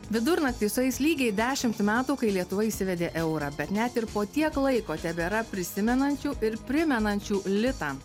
vidurnaktį sueis lygiai dešimt metų kai lietuva įsivedė eurą bet net ir po tiek laiko tebėra prisimenančių ir primenančių litą